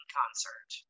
concert